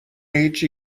هیچی